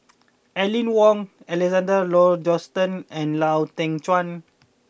Aline Wong Alexander Laurie Johnston and Lau Teng Chuan